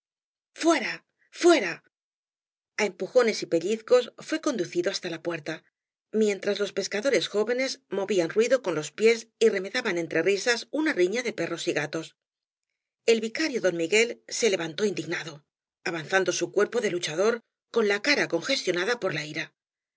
fuera fuera a empujones y pellizcos fué conducido hasta la puerta mientras los pescadores jóvenes movían ruido con los pies y remedaban entre risas una riña de perros y gatos el vicario don miguel se levantó indignado avanzando su cuerpo de luchador con la cara congestionada por la ira